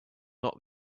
not